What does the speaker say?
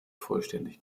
vollständig